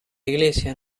iglesia